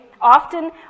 often